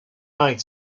night